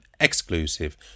exclusive